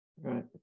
Right